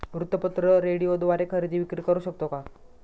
वृत्तपत्र, रेडिओद्वारे खरेदी विक्री करु शकतो का?